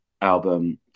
album